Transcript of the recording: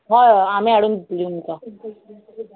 हय हय आमी हाडून दितली तुमकां